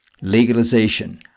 legalization